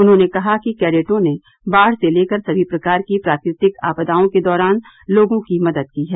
उन्होंने कहा कि कैडेटों ने बाढ़ से लेकर समी प्रकार की प्राकृतिक आपदाओं के दौरान लोगों की मदद की है